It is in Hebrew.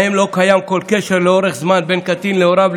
שבהם לא קיים כל קשר לאורך זמן בין קטין להוריו,